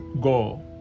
go